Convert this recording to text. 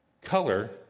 Color